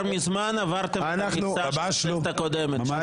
מזמן עברתם את המכסה של הכנסת הקודמת.